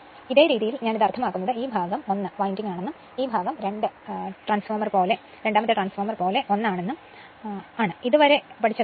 ഈ രീതിയിൽ ഞാൻ ഇത് അർത്ഥമാക്കുന്നത് ഈ ഭാഗം ഒരു വൈൻഡിങ് ആണെന്നും ഈ ഭാഗം രണ്ട് വൈൻഡിങ് ട്രാൻസ്ഫോർമർ പോലെ ഒരു വൈൻഡിങ് ആണെന്നും അവിടെ പഠിച്ചതും ആണ്